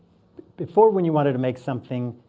before, when you wanted to make something,